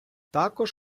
також